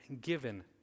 given